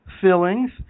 fillings